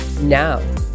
now